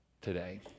today